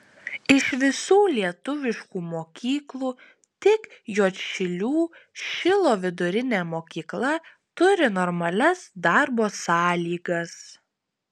iš visų lietuviškų mokyklų tik juodšilių šilo vidurinė mokykla turi normalias darbo sąlygas